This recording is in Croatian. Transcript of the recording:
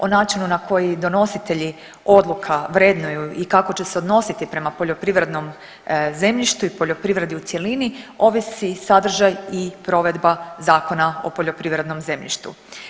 O načinu na koji donositelji odluka vrednuju i kako će se odnositi prema poljoprivrednom zemljištu i poljoprivredi u cjelini ovisi sadržaj i provedba Zakona o poljoprivrednom zemljištu.